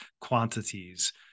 quantities